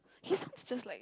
his just like